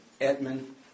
Edmund